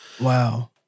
Wow